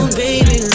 baby